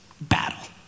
battle